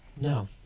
No